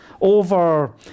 over